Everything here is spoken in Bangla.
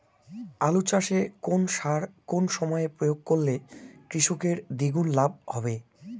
আলু চাষে কোন সার কোন সময়ে প্রয়োগ করলে কৃষকের দ্বিগুণ লাভ হবে?